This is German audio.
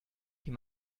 die